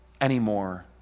anymore